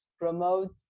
promotes